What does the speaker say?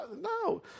No